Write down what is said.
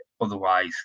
Otherwise